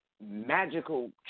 Magical